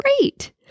Great